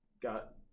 got